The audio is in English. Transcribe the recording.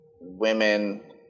women